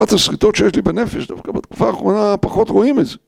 ...השריטות שיש לי בנפש, דווקא, בתקופ האחרונה פחות רואים את זה